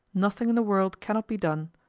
nothing in the world cannot be done,